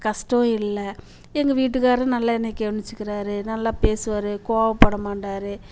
கஷ்டம் இல்லை எங்கள் வீட்டுக்காரரு நல்லா என்னை கவனிச்சுக்குறார் நல்லா பேசுவார் கோபப்படமாட்டாரு